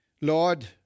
Lord